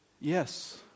Yes